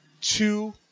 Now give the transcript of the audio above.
two